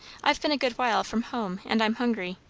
i've been a good while from home, and i'm hungry.